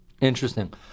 Interesting